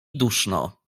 duszno